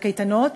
בקייטנות,